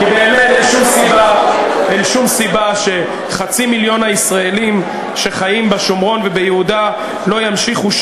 אין שום סיבה שחצי מיליון הישראלים שחיים בשומרון וביהודה לא ימשיכו,